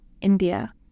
India